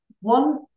one